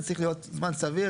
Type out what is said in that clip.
זה ברור שצריך להיות זמן סביר.